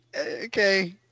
Okay